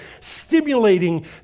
stimulating